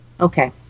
Okay